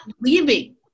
leaving